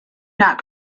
not